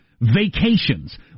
vacations